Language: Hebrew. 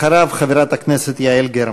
אחריו, חברת הכנסת יעל גרמן.